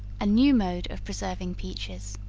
a new mode of preserving peaches.